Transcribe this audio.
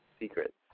secrets